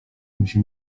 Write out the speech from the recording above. musi